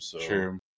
True